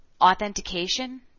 authentication